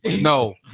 No